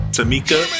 Tamika